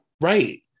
Right